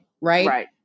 Right